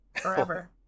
forever